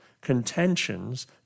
contentions